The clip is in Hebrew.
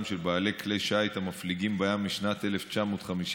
של בעלי כלי שיט המפליגים בים משנת 1957,